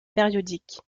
périodiques